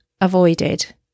avoided